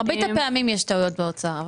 מרבית הפעמים יש טעויות באוצר.